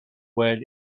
when